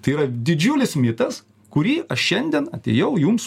tai yra didžiulis mitas kurį aš šiandien atėjau jums